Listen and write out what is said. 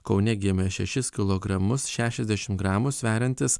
kaune gimė šešis kilogramus šešiasdešim gramų sveriantis